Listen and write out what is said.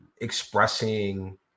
expressing